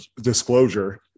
disclosure